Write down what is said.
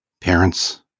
parents